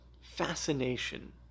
fascination